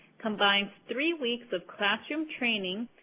combines three weeks of classroom training,